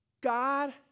God